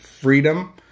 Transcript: freedom